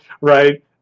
Right